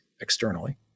externally